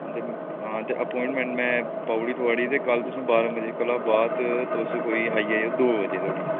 हां ते हां ते अपोआइंटमैंट में पाई ओड़ी थुआढ़ी ते कल्ल तुसें बारां बजे कोला बाद तुस कोई आई जाएओ दो बजे धोढ़ी